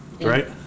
Right